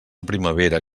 primavera